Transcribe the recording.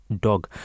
dog